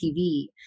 tv